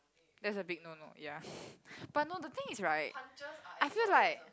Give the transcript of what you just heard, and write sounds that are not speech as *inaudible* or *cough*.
that's a big no no ya *laughs* but no the thing is right I feel like